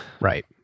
Right